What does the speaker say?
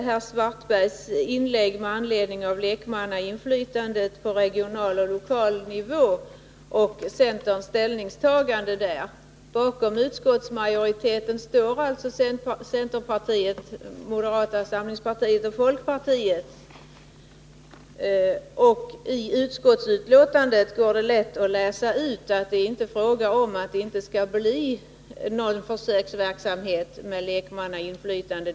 Herr talman! Bara mycket kort med anledning av vad herr Svartberg sade om lekmannainflytandet på regional och lokal nivå och centerns ställningstagande i den frågan. Bakom utskottsmajoriteten står alltså centerpartiet, moderata samlingspartiet och folkpartiet, och av utskottsbetänkandet går det lätt att läsa ut att det inte är fråga om att det inte skall bli någon försöksverksamhet med lekmannainflytande.